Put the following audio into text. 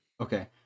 Okay